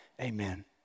Amen